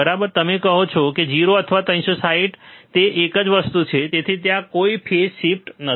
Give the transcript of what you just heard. તમે કહો છો કે 0o અથવા 360o તે એક જ વસ્તુ છે તેથી ત્યાં કોઈ ફેઝ શિફ્ટ નથી